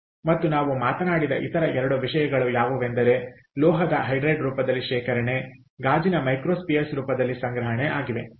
ಮತ್ತು ನಾವು ಮಾತನಾಡಿದ ಇತರ ಎರಡು ವಿಷಯಗಳು ಯಾವುವೆಂದರೆ ಲೋಹದ ಹೈಡ್ರೈಡ್ ರೂಪದಲ್ಲಿ ಶೇಖರಣೆ ಗಾಜಿನ ಮೈಕ್ರೊಸ್ಪಿಯರ್ಸ್ ರೂಪದಲ್ಲಿ ಸಂಗ್ರಹಣೆ ಆಗಿವೆ